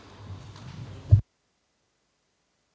Hvala.